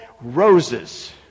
roses